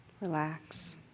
relax